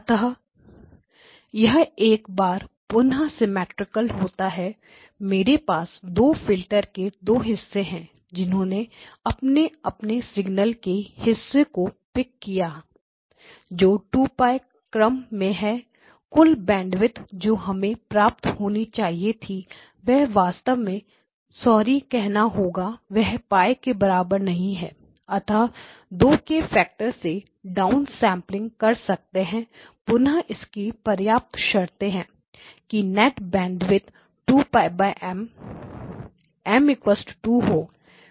अतः यह एक बार पुनः सेमैट्रिक होता है मेरे पास दो फिल्टर के दो हिस्से हैं जिन्होंने अपने अपने सिगनल्स के हिस्सों को पिक किया है जो 2 π क्रम में है कुल बैंडविथ जो हमें प्राप्त होनी चाहिए थी वह वास्तव में सॉरी कहना होगा वह π के बराबर नहीं है अतः दो के फैक्टर से डाउनसेंपलिंग कर सकते हैं पुन्हा इसकी पर्याप्त शर्ते हैं कि नेट बैंडविथ2 π M M 2 हो